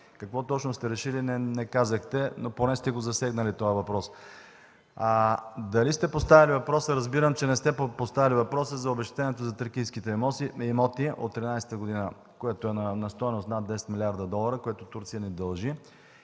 Какво точно сте решили, не казахте, но поне сте засегнали този въпрос. Дали сте поставяли въпроса, разбирам, че не сте го поставяли за обезщетението за тракийските имоти от 1913 г., което е на стойност над 10 млрд. долара, които Турция ни дължи